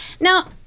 now